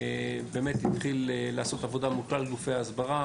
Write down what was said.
באמת התחיל לעשות עבודה מול כלל גופי ההסברה,